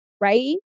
right